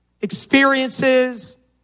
experiences